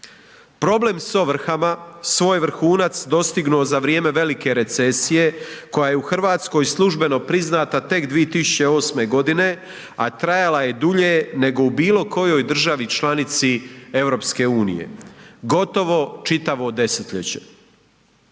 Problem s ovrhama svoj vrhunac dostignuo za vrijeme velike recesije koja je u Hrvatskoj službeno priznata tek 2008. godine, a trajala je dulje nego u bilo kojoj državi članici EU, gotovo čitavo desetljeće.